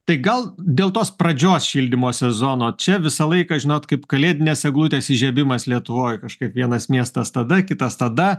tai gal dėl tos pradžios šildymo sezono čia visą laiką žinot kaip kalėdinės eglutės įžiebimas lietuvoj kažkaip vienas miestas tada kitas tada